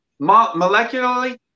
molecularly